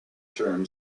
term